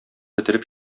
бетереп